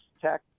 tech